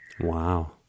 Wow